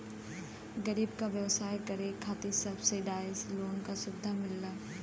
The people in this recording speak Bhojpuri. गरीब क व्यवसाय करे खातिर सब्सिडाइज लोन क सुविधा मिलला